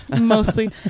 mostly